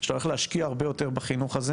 שאתה הולך להשקיע הרבה יותר בחינוך הזה